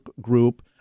group